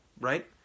right